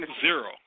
zero